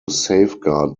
safeguard